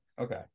Okay